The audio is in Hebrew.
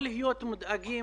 להיכנס